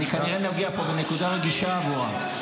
אני כנראה נוגע פה בנקודה רגישה עבורם.